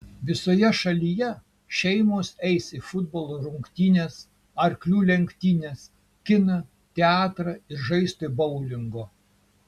visoje šalyje šeimos eis į futbolo rungtynes arklių lenktynes kiną teatrą ir žaisti boulingo